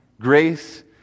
Grace